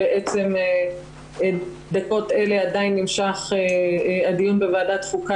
בעצם בדקות אלה נמשך הדיון בוועדת חוקה,